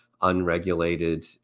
unregulated